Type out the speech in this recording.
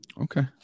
Okay